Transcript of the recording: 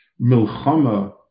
Milchama